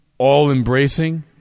all-embracing